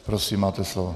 Prosím, máte slovo.